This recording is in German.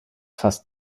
fasst